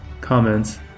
comments